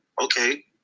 okay